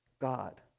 God